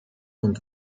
und